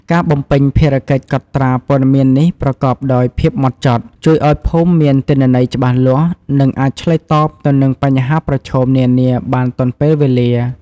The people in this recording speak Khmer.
ការបំពេញភារកិច្ចកត់ត្រាព័ត៌មាននេះប្រកបដោយភាពហ្មត់ចត់ ជួយឱ្យភូមិមានទិន្នន័យច្បាស់លាស់ និងអាចឆ្លើយតបទៅនឹងបញ្ហាប្រឈមនានាបានទាន់ពេលវេលា។